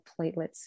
platelets